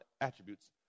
attributes